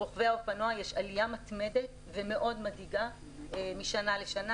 ברוכבי האופנוע יש עלייה מתמדת ומאוד מדאיגה משנה לשנה,